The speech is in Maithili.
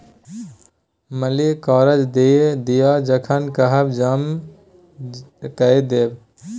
मालिक करजा दए दिअ जखन कहब हम जमा कए देब